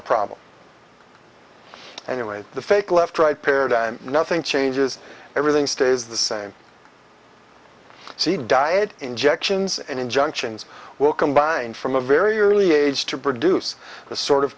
a problem and the fake left right paradigm nothing changes everything stays the same see diet injections and injunctions will combine from a very early age to produce the sort of